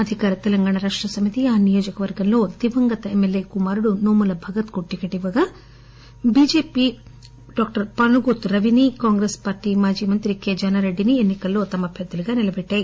అధికార తెలంగాణ రాష్ట్ర సమితి ఆ నియోజకవర్గంలో దివంగత ఎమ్మెల్యే కుమారుడు నోముల భగత్ కు టికెట్ ఇవ్వగా బిజెపి ట్రాక్టర్ పానుగోతు రవిని కాంగ్రెస్ పార్టీ మాజీ మంత్రి కుందూరు జానా రెడ్డిని ఎన్నికల్లో తమ అభ్యర్థులుగా నిలబెట్టింది